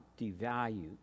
devalue